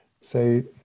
say